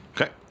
Okay